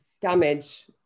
damage